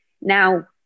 Now